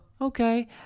Okay